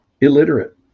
illiterate